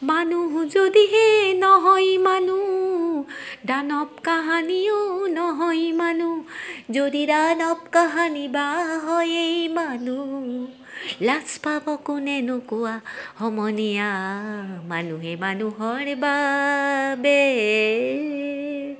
মানুহ যদিহে নহয় মানুহ দানৱ কাহানিও নহয় মানুহ যদি দানৱ কাহানিবা হয় এই মানুহ লাজ পাব কোনেনো কোৱা সমনীয়া মানুহে মানুহৰ বাবে